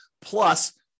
plus